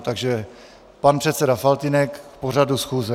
Takže pan předseda Faltýnek k pořadu schůze.